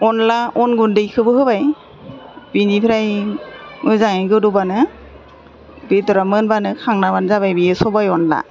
अनला अन गुन्दैखौबो होबाय बेनिफ्राय मोजाङै गोदौबानो बेदरा मोनबानो खांना होबानो जाबाय बियो सबाइ अनला